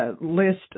list